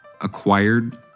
acquired